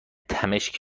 تمشک